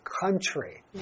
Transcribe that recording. Country